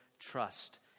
trust